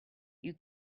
you